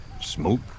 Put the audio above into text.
Smoke